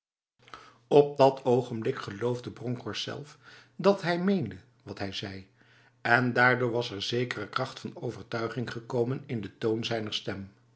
op dat ogenblik geloofde bronkhorst zelf dat hij meende wat hij zei en daardoor was er zekere kracht van overtuiging gekomen in de toon zijner stem